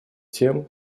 тем